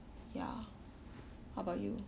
ya how about you